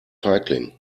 feigling